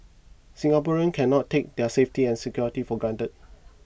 Singaporeans cannot take their safety and security for granted